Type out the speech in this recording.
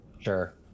Sure